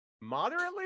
moderately